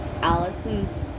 Allison's